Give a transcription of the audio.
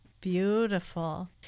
Beautiful